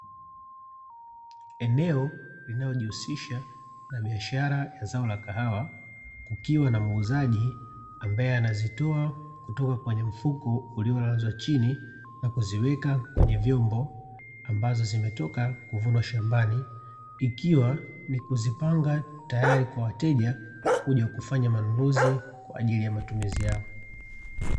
Eneo linalojihusisha na biashara ya zao la kahawa kukiwa na muuzaji ambaye anazitoa kutoka kwenye mfuko uliolazwa chini na kuziweka kwenye vyombo, ambazo zimetoka kuvunwa shambani, ikiwa ni kuzipanga tayari kwa wateja kuja kufanya manunuzi kwa ajili ya matumizi yao.